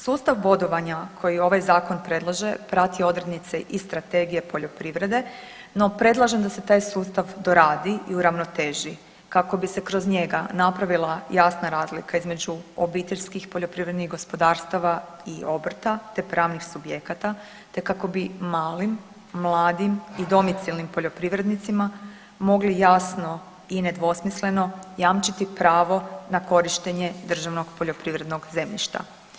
Sustav bodovanja koji ovaj zakon predlaže prati odrednice i strategije poljoprivrede, no predlažem da se taj sustav doradi i uravnoteži kako bi se kroz njega napravila jasna razlika između OPG-ova i obrta, te pravnih subjekata, te kako bi malim, mladim i domicilnim poljoprivrednicima mogli jasno i nedvosmisleno jamčiti pravo na korištenje državnog poljoprivrednog zemljišta.